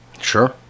sure